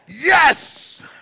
yes